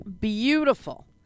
beautiful